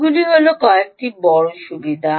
এগুলি হল কয়েকটি বড় সুবিধা